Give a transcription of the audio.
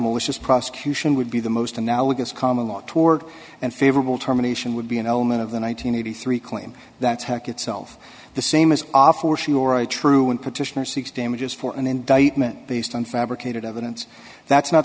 malicious prosecution would be the most analogous common law toward and favorable terminations would be an element of the one nine hundred eighty three claim that tac itself the same is awful she or a true and petitioner seeks damages for an indictment based on fabricated evidence that's not